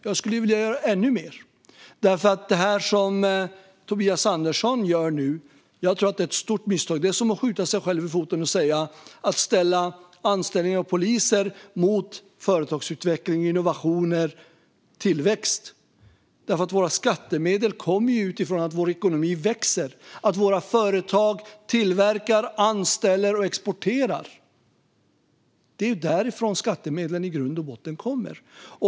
Jag skulle vilja göra ännu mer. Det som Tobias Andersson nu gör tror jag är ett stort misstag. Det är som att skjuta sig själv i foten att ställa anställning av poliser mot företagsutveckling, innovationer och tillväxt. Våra skattemedel kommer ju av att vår ekonomi växer, att våra företag tillverkar, anställer och exporterar. Det är därifrån skattemedlen i grund och botten kommer.